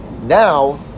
Now